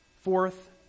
Fourth